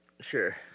Sure